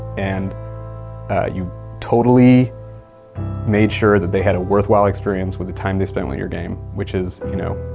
and you totally made sure that they had a worthwhile experience with the time they spent on your game, which is, you know,